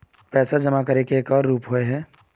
पैसा जमा करे के एक आर रूप होय है?